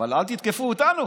אבל אל תתקפו אותנו